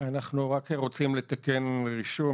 אנחנו רק רוצים לתקן רישום,